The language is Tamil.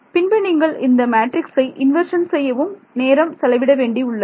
பின்பு நீங்கள் இந்த மேட்ரிக்ஸை இன்வர்ஷன் செய்யவும் நேரம் செலவிட வேண்டி உள்ளது